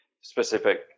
specific